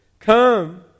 Come